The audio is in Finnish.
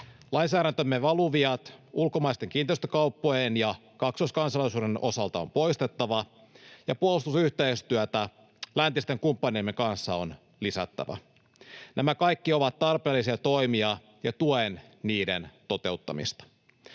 lainsäädäntömme valuviat ulkomaisten kiinteistökauppojen ja kaksoiskansalaisuuden osalta on poistettava, ja puolustusyhteistyötä läntisten kumppaniemme kanssa on lisättävä. Nämä kaikki ovat tarpeellisia toimia, ja tuen niiden toteuttamista.